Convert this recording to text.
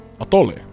atole